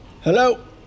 Hello